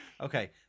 Okay